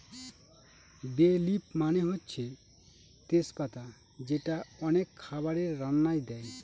বে লিফ মানে হচ্ছে তেজ পাতা যেটা অনেক খাবারের রান্নায় দেয়